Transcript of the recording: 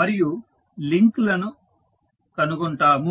మరియు లింక్లను కనుగొంటాము